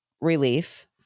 relief